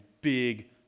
big